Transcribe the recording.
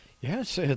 Yes